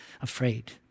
afraid